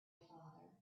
father